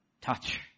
Touch